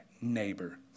neighbor